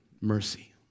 mercy